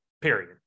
period